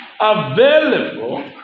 available